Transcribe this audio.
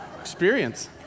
Experience